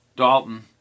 Dalton